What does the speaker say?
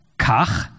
kach